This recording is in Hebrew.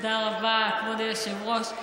תודה רבה, כבוד היושבת-ראש.